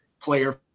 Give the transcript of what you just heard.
player